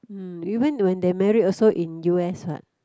mm even when they married also in U_S what